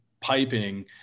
piping